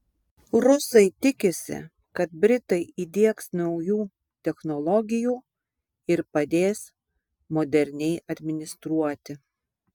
rusai tikisi kad britai įdiegs naujų technologijų ir padės moderniai administruoti